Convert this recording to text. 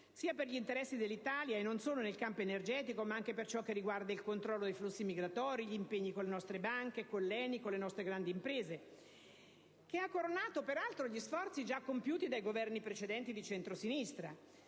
per gli interessi dell'Italia, non solo in campo energetico, ma anche per ciò che riguarda il controllo dei flussi migratori, gli impegni con le nostre banche, con l'ENI e con le nostre grandi imprese. Esso ha coronato peraltro gli sforzi già compiuti dai precedenti Governi di centrosinistra,